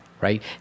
right